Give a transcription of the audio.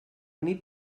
nit